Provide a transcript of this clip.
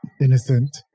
innocent